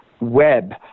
web